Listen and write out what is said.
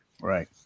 Right